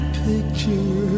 picture